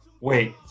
wait